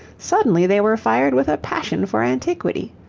suddenly they were fired with a passion for antiquity.